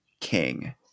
king